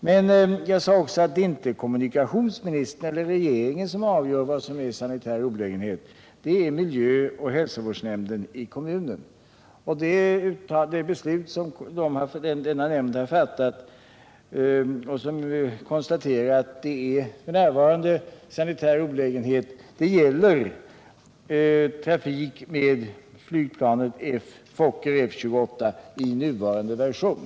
Men jag sade också att det inte är kommunikationsministern eller regeringen som avgör vad som är en sanitär olägenhet, utan det gör miljöoch hälsovårdsnämnden i kommunen. Det beslut som denna nämnd har fattat — vilket innebär att man konstaterat att det f. n. är en sanitär olägenhet där — gäller trafik med flygplanet Fokker F-28 i dess nuvarande version.